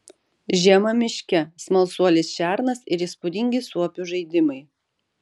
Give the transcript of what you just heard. žiema miške smalsuolis šernas ir įspūdingi suopių žaidimai